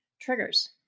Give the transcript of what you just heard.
Triggers